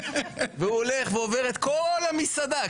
והוא הולך ועובר את כל המסעדה.